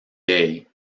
day